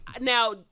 now